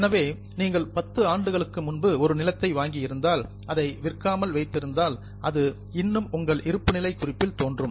எனவே நீங்கள் 10 ஆண்டுகளுக்கு முன்பு ஒரு நிலத்தை வாங்கி இருந்தால் அதை விற்காமல் வைத்திருந்தால் அது இன்றும் உங்கள் இருப்புநிலை குறிப்பில் தோன்றும்